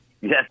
Yes